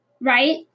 right